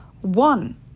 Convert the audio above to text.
One